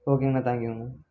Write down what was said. ஓகேங்கண்ணா தேங்க்யூங்கண்ணா